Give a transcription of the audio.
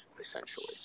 essentially